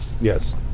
Yes